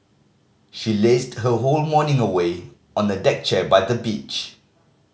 she lazed her whole morning away on a deck chair by the beach